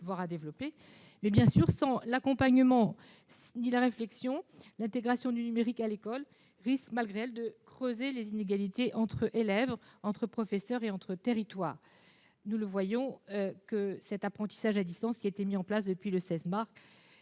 et à développer. Toutefois, sans accompagnement ni réflexion, l'intégration du numérique à l'école risque, malgré elle, de creuser les inégalités entre élèves, entre professeurs et entre territoires. L'apprentissage à distance mis en place depuis le 16 mars